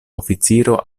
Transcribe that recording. oficiro